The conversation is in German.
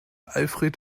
alfred